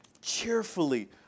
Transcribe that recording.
cheerfully